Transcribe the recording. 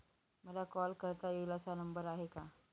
मला कॉल करता येईल असा नंबर आहे का?